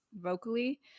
vocally